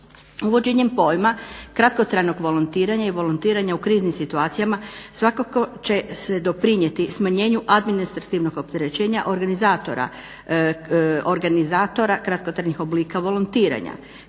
uvođenjem pojma kratkotrajnog volontiranja i volontiranja u kriznim situacijama svakako će se doprinijeti smanjenju administrativnog opterećenja organizatora kratkotrajnih oblika volontiranja.